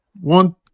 one